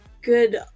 good